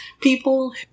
People